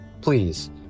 Please